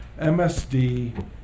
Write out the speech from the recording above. MSD